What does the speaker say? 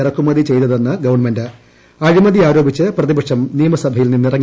ഇറക്കുമതി ചെയ്തതെന്ന് ഗവൺമെന്റ് അഴിമതി ആരോപിച്ച് പ്രതിപക്ഷം നിയമസഭയിൽ നിന്നിറങ്ങിപ്പോയി